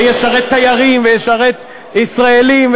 וישרת תיירים וישרת ישראלים,